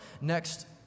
next